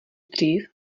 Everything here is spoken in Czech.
dřív